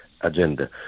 agenda